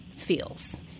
Feels